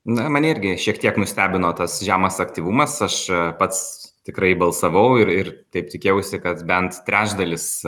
na mane irgi šiek tiek nustebino tas žemas aktyvumas aš pats tikrai balsavau ir ir taip tikėjausi kad bent trečdalis